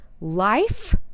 life